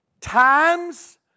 times